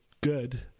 good